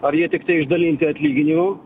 ar jie tiktai išdalinti atlyginimui